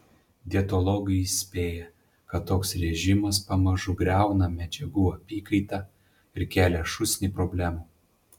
dietologai įspėja kad toks režimas pamažu griauna medžiagų apykaitą ir kelią šūsnį problemų